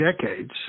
decades